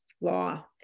law